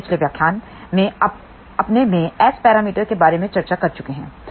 हम पिछले व्याख्यान अपने में एस पैरामीटर्स के बारे में चर्चा कर चुके हैं